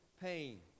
pain